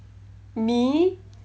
me